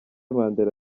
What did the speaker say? mandela